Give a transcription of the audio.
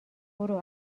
برو